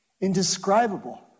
Indescribable